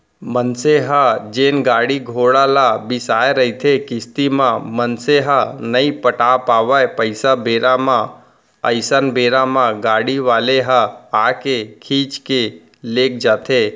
मनसे ह जेन गाड़ी घोड़ा ल बिसाय रहिथे किस्ती म मनसे ह नइ पटा पावय पइसा बेरा म अइसन बेरा म गाड़ी वाले ह आके खींच के लेग जाथे